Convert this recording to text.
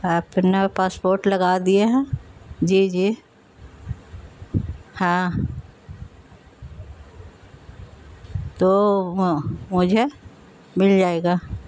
اپنا پاسپورٹ لگا دیے ہیں جی جی ہاں تو وہ مجھے مل جائے گا